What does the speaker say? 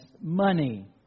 money